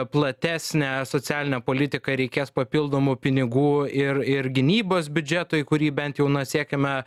platesnę socialinę politiką reikės papildomų pinigų ir ir gynybos biudžetui į kurį bent jau na siekiame